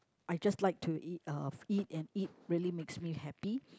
I just like to eat uh eat and eat really makes me happy